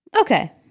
Okay